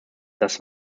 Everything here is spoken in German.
das